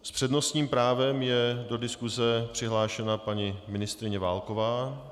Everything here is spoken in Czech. S přednostním právem je do diskuse přihlášena paní ministryně Válková.